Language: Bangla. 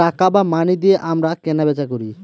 টাকা বা মানি দিয়ে আমরা কেনা বেচা করি